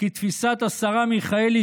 כתפיסת השרה מיכאלי,